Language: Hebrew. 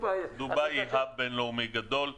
דובאי היא יעד בין לאומי גדול.